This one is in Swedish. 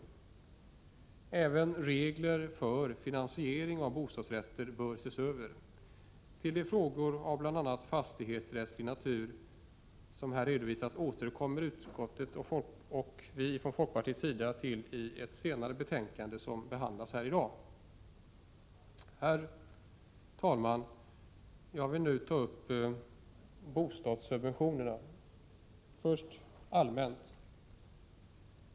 Även reglerna för finansiering av bostadsrätter bör ses över. De frågor av bl.a. fastighetsrättslig natur som här redovisas återkommer utskottet och vi från folkpartiets sida till i ett betänkande som skall behandlas senare i dag. Herr talman! Jag vill nu först allmänt ta upp bostadssubventionerna.